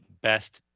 best